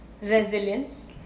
resilience